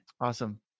Awesome